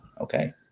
Okay